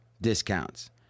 discounts